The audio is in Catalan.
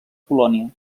colònia